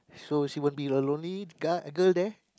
so she won't be a lonely guy uh girl there